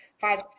five